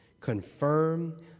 confirm